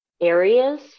areas